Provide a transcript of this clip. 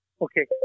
okay